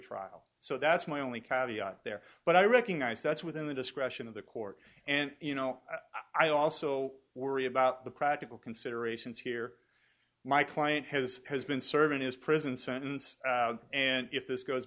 trial so that's my only caddy there but i recognize that's within the discretion of the court and you know i also worry about the practical considerations here my client has has been serving his prison sentence and if this goes